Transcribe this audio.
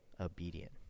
obedient